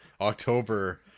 October